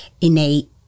innate